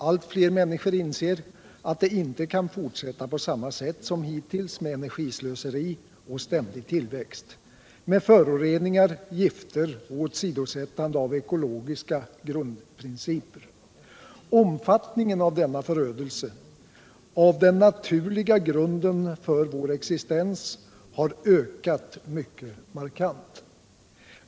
Allt fler människor inser att det inte kan fortsätta på samma sätt som hittills med energislöseri och ständig tillväxt, med föroreningar, gifter och åsidosättande av ekologiska grundprinciper. Omfattningen av denna förödelse av den naturliga grunden för vår existens har ökat mycket markant.